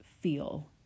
feel